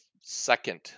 second